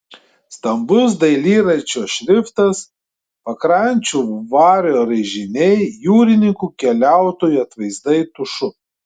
stambus dailyraščio šriftas pakrančių vario raižiniai jūrininkų keliautojų atvaizdai tušu